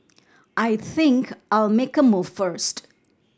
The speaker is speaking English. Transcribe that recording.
I think I'll make a move first